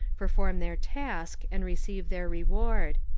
perform their task and receive their reward.